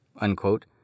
unquote